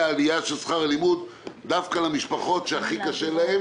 עלייה של שכר הלימוד דווקא למשפחות שהכי קשה להן